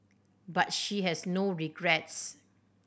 but she has no regrets